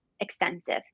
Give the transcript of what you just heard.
extensive